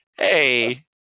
Hey